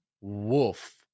Wolf